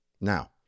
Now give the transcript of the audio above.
Now